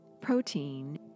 protein